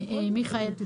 מיכאל,